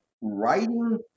writing